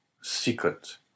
secret